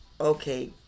okay